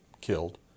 killed